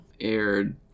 aired